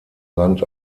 land